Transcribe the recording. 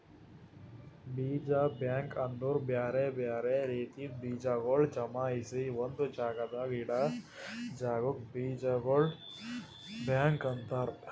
ಬೀಜ ಬ್ಯಾಂಕ್ ಅಂದುರ್ ಬ್ಯಾರೆ ಬ್ಯಾರೆ ರೀತಿದ್ ಬೀಜಗೊಳ್ ಜಮಾಯಿಸಿ ಒಂದು ಜಾಗದಾಗ್ ಇಡಾ ಜಾಗಕ್ ಬೀಜಗೊಳ್ದು ಬ್ಯಾಂಕ್ ಅಂತರ್